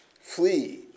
Flee